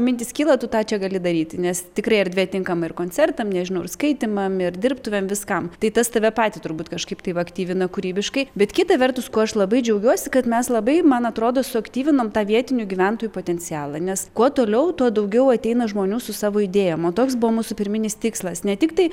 mintis kyla tu tą čia gali daryti nes tikrai erdvė tinkama ir koncertam nežinau ir skaitymam ir dirbtuvėm nežinau viskam tai tas tave patį turbūt kažkaip tai va aktyvina kūrybiškai bet kita vertus kuo aš labai džiaugiuosi kad mes labai man atrodo suaktyvinom tą vietinių gyventojų potencialą nes kuo toliau tuo daugiau ateina žmonių su savo idėjom o toks buvo mūsų pirminis tikslas ne tik tai